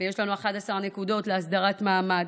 יש לנו 11 נקודות להסדרת מעמד,